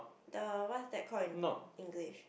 the what's that called in English